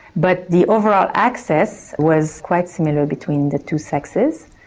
but the overall access was quite similar between the two sexes.